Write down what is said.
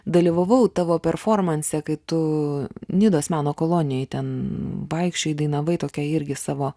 dalyvavau tavo performanse kai tu nidos meno kolonijoj ten vaikščiojo dainavai tokia irgi savo